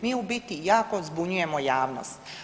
Mi u biti jako zbunjujemo jasnost.